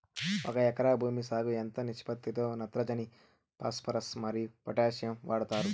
ఒక ఎకరా భూమి సాగుకు ఎంత నిష్పత్తి లో నత్రజని ఫాస్పరస్ మరియు పొటాషియం వాడుతారు